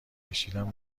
کشیدن